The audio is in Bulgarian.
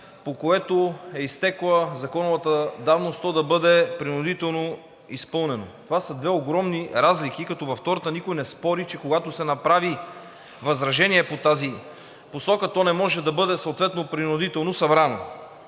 по което е изтекла законовата давност то да бъде принудително изпълнено. Това са две огромни разлики, като във втората никой не спори, че когато се направи възражение в тази посока, то не може да бъде съответно принудително събрано.